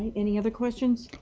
any other questions?